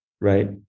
right